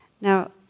Now